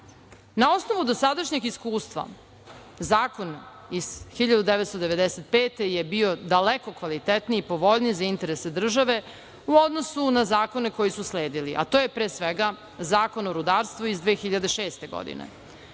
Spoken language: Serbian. osnovu dosadašnjeg iskustva, zakon iz 1995. godine je bio daleko kvalitetniji, povoljniji za interese države u odnosu na zakone koji su sledili, a to je pre svega Zakon o rudarstvu iz 2006. godine. Naime,